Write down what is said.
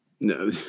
No